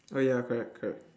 oh ya correct correct